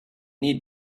need